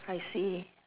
I see